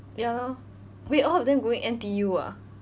ya lor wait all of them going N_T_U ah